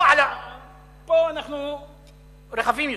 פה אנחנו רחבים יותר.